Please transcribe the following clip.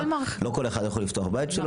לא כל אחד יוכל לפתוח בבית שלו,